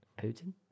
Putin